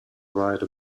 write